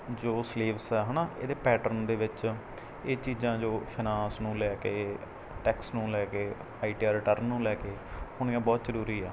ਜੋ ਸਿਲੇਬਸ ਹੈ ਹੈਨਾ ਇਹਦੇ ਪੈਟਰਨ ਦੇ ਵਿੱਚ ਇਹ ਚੀਜ਼ਾਂ ਜੋ ਫਾਇਨਾਂਸ ਨੂੰ ਲੈ ਕੇ ਟੈਕਸ ਨੂੰ ਲੈ ਕੇ ਆਈ ਟੀ ਆਰ ਰਿਟਰਨ ਨੂੰ ਲੈ ਕੇ ਹੋਣੀਆਂ ਬਹੁਤ ਜ਼ਰੂਰੀ ਆ